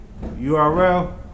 URL